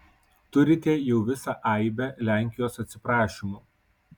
turite jau visą aibę lenkijos atsiprašymų